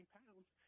pounds –